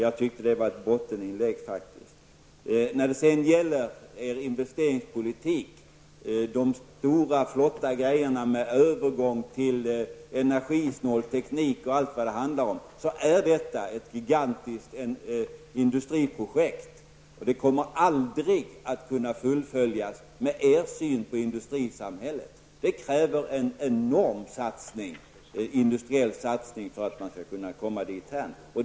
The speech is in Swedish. Jag tyckte faktiskt att detta var ett botteninlägg. Er investeringspolitik, de stora, flotta uttalandena om övergång till energisnål teknik och allt vad det handlar om, är ett gigantiskt industriprojekt. Det kommer aldrig att kunna fullföljas med er syn på industrisamhället. Det krävs en enorm industriell satsning för att man skall kunna komma dithän.